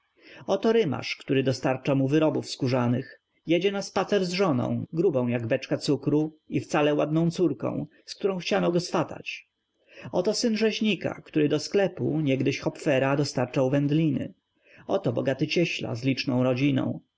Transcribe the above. oto rymarz który dostarcza mu wyrobów skórzanych jedzie na spacer z żoną grubą jak beczka cukru i wcale ładną córką z którą chciano go swatać oto syn rzeźnika który do sklepu niegdyś hopfera dostarczał wędlin oto bogaty cieśla z liczną rodziną